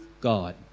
God